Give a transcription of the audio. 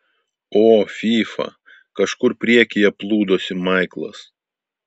o fyfa kažkur priekyje plūdosi maiklas